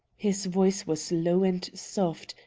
his voice was low and soft,